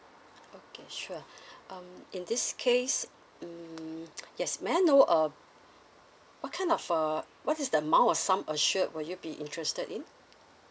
okay sure um in this case mm yes may I know uh what kind of uh what is the amount of sum assured will you be interested in